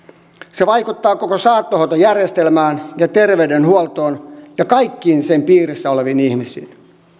se vaikuttaa koko saattohoitojärjestelmään ja terveydenhuoltoon ja kaikkiin sen piirissä oleviin ihmisiin